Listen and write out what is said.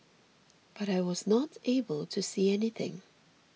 but I was not able to see anything